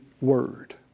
word